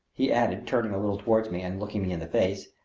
he added, turning a little toward me and looking me in the face.